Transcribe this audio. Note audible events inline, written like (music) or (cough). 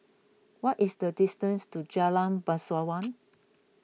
what is the distance to Jalan Bangsawan (noise)